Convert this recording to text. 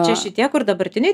čia šitie kur dabartiniai